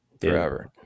forever